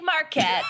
Marquette